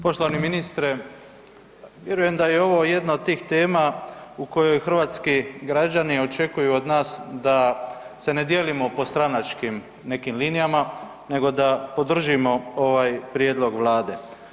Poštovani ministre, vjerujem da je ovo jedna od tih tema u kojoj hrvatski građani očekuju od nas da se ne dijelimo po stranačkim nekim linijama nego da podržimo ovaj prijedlog vlade.